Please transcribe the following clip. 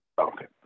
Okay